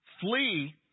flee